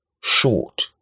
short